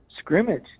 scrimmage